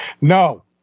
No